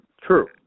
True